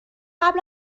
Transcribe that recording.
قبل